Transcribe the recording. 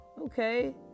okay